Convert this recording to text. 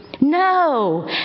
No